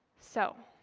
so,